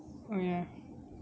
oh ya